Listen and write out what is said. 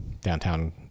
downtown